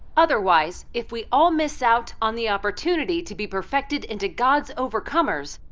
otherwise, if we all miss out on the opportunity to be perfected into god's overcomers,